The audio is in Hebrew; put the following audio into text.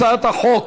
הצעת חוק